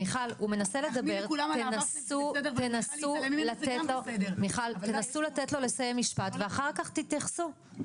מיכל, תנסו לתת לו לסיים משפט ואחר כך תתייחסו.